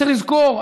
צריך לזכור,